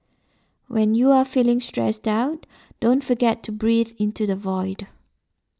when you are feeling stressed out don't forget to breathe into the void